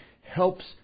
helps